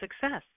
success